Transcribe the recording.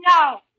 No